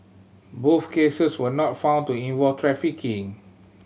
both cases were not found to involve trafficking